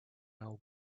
know